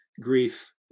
Grief